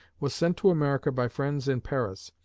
was sent to america by friends in paris.